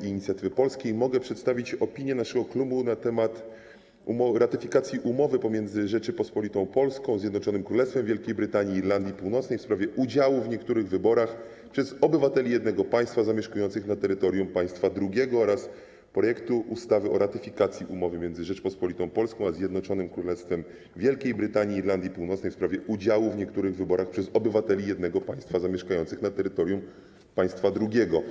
Inicjatywy Polskiej i Zielonych mogę przedstawić opinię naszego klubu na temat ratyfikacji Umowy między Rzecząpospolitą Polską a Zjednoczonym Królestwem Wielkiej Brytanii i Irlandii Północnej w sprawie udziału w niektórych wyborach przez obywateli jednego Państwa zamieszkujących na terytorium Państwa drugiego oraz projektu ustawy o ratyfikacji Umowy między Rzecząpospolitą Polską a Zjednoczonym Królestwem Wielkiej Brytanii i Irlandii Północnej w sprawie udziału w niektórych wyborach przez obywateli jednego Państwa zamieszkujących na terytorium Państwa drugiego.